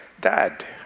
Dad